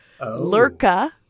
Lurka